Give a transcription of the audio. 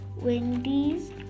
Wendy's